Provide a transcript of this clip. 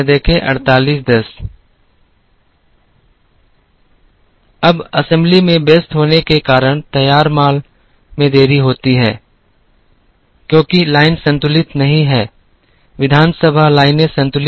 अब असेंबली में व्यस्त होने के कारण तैयार माल में देरी होती है क्योंकि लाइन संतुलित नहीं है विधानसभा लाइनें संतुलित नहीं हैं